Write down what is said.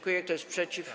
Kto jest przeciw?